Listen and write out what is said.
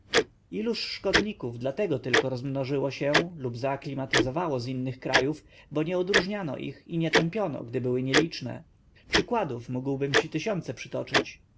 korzystać iluż szkodników dlatego tylko rozmnożyło się lub zaaklimatyzowało z innych krajów bo nie odróżniano ich i nie tępiono gdy były nieliczne przykładów mógłbym ci tysiące przytoczyć